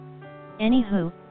Anywho